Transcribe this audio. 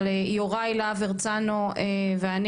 אבל יוראי להב הרצנו ואני,